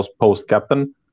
post-captain